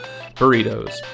burritos